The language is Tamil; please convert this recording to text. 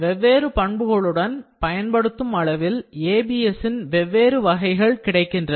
வெவ்வேறு பண்புகளுடன் பயன்படுத்தும் அளவில் ABS ன் வெவ்வேறு வகைகள் கிடைக்கின்றன